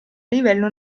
livello